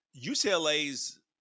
UCLA's